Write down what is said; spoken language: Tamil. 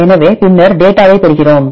எனவே பின்னர் டேட்டாவைப் பெறுகிறோம்